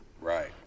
Right